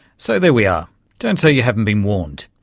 so, there we are don't say you haven't been warned.